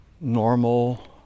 normal